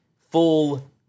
full